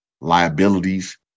liabilities